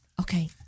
Okay